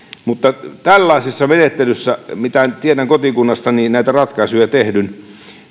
mutta tällaisissa menettelyissä mitä tiedän kotikunnassani näitä ratkaisuja tehdyn